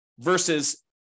Versus